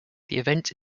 event